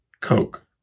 Coke